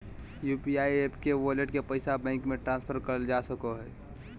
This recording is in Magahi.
यू.पी.आई एप के वॉलेट के पैसा बैंक मे ट्रांसफर करल जा सको हय